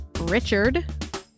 Richard